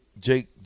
Jake